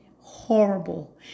horrible